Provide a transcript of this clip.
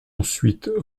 ensuite